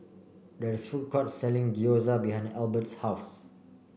there is a food court selling Gyoza behind Albert's house